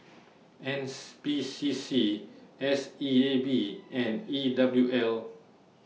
N S P C C S E A B and E W L